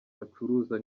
bacuruzwa